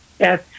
Yes